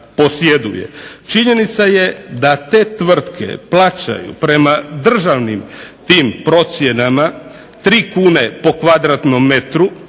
Činjenica je da te tvrtke plaćaju prema državnim tim procjenama tri kune po kvadratnom metru